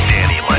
Danny